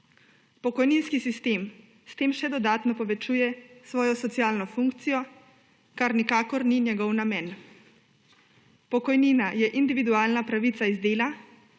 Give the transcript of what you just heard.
Pokojninski sistem s tem še dodatno povečuje svojo socialno funkcijo, kar nikakor ni njegov namen. Pokojnina je individualna pravica iz dela,